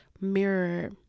mirror